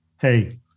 hey